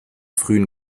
frühen